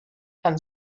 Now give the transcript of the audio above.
and